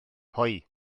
hoe